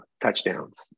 touchdowns